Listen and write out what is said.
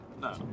No